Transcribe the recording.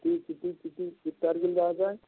किती किती किती कित तारखेला जायचं आहे